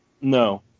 No